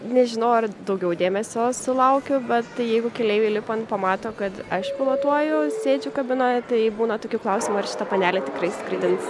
nežinau ar daugiau dėmesio sulaukiu bet jeigu keleiviai lipant pamato kad aš pilotuoju sėdžiu kabinoje tai būna tokių klausimų ar šita panelė tikrai skraidins